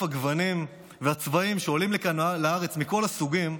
הגוונים והצבעים שעולים לכאן לארץ מכל הסוגים,